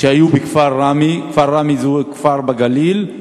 שהיו בכפר ראמה, כפר ראמה זהו כפר בגליל,